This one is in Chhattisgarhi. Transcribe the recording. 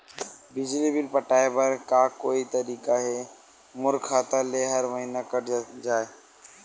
बिजली बिल पटाय बर का कोई तरीका हे मोर खाता ले हर महीना कट जाय?